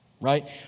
right